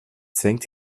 zwängt